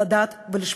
לדעת ולשפוט".